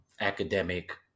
academic